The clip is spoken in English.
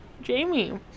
Jamie